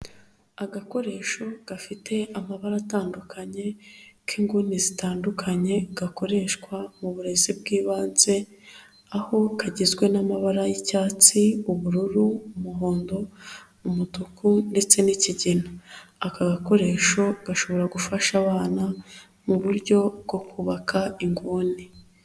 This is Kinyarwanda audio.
Agakoresho gafite amabara atandukanye k'inguni zitandukanye gakoreshwa mu burezi bw'ibanze, aho kagizwe n'amabara y'icyatsi, ubururu, umuhondo, umutuku ndetse n'ikigina. Aka gakoresho gashobora gufasha abana muburyo bwo kubaka inguni.